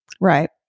Right